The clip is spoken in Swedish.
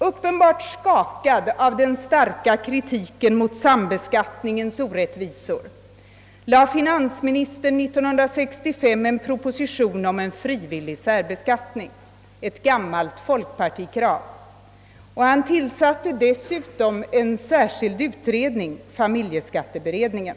Uppenbart skakad av den starka kritiken mot sambeskattningens orättvisor lade finansministern 1965 fram en proposition om frivillig särbeskattning — ett gammalt folkpartikrav — och tillsatte dessutom en särskild utredning, familjeskatteberedningen.